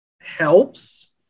helps